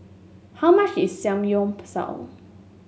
how much is Samgyeopsal